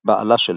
בעלה של אמה.